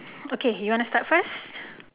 okay you want to start first